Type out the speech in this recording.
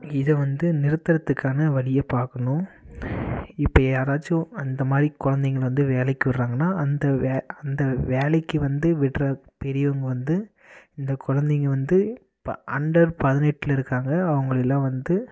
இதை வந்து நிறுத்துறதுக்கான வழியை பார்க்கணும் இப்போ யாராச்சும் அந்த மாதிரி குழந்தைங்கள வந்து வேலைக்கு விடுறாங்கன்னா அந்த வே அந்த வேலைக்கு வந்து விடுற பெரியவங்க வந்து இந்த குழந்தைங்க வந்து ப அண்டர் பதினெட்டில் இருக்காங்க அவங்களையெல்லாம் வந்து